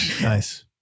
Nice